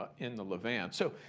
ah in the levant. so,